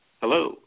Hello